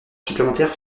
supplémentaires